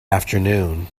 afternoon